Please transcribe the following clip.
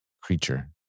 creature